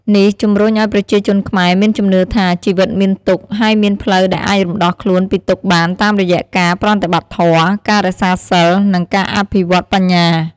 នេះជំរុញឱ្យប្រជាជនខ្មែរមានជំនឿថា ជីវិតមានទុក្ខ ហើយមានផ្លូវដែលអាចរំដោះខ្លួនពីទុក្ខបានតាមរយៈការប្រតិបត្តិធម៌ ការរក្សាសីល និងការអភិវឌ្ឍបញ្ញា។